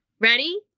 Ready